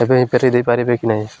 ଏବେ ହିଁ ଫେରି ଦେଇପାରିବେ କି ନାହିଁ